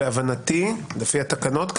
להבנתי לפי התקנות,